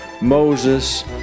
Moses